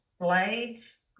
blades